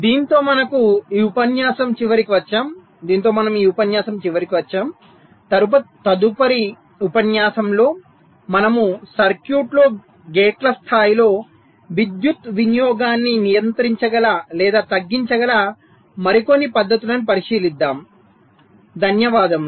దీనితో మనము ఈ ఉపన్యాసం చివరికి వచ్చాము తరువాతి ఉపన్యాసంలో మనము సర్క్యూట్లో గేట్ల స్థాయిలో విద్యుత్ వినియోగాన్ని నియంత్రించగల లేదా తగ్గించగల మరికొన్ని పద్ధతులను పరిశీలిస్తాము